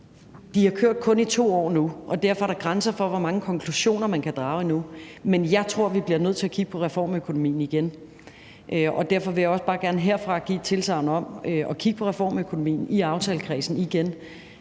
kun har kørt i 2 år, og at der derfor er grænser for, hvor mange konklusioner man kan drage endnu. Men jeg tror, vi bliver nødt til at kigge på reformøkonomien igen, og derfor vil jeg også bare gerne herfra give et tilsagn om at kigge på reformøkonomien i aftalekredsen igen.